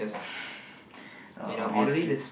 uh obviously